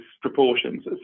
proportions